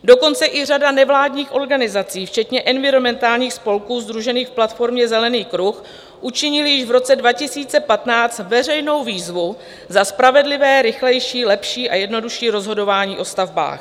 Dokonce i řada nevládních organizací včetně environmentálních spolků sdružených v platformě Zelený kruh učinila již v roce 2015 veřejnou výzvu za spravedlivé, rychlejší, lepší a jednodušší rozhodování o stavbách.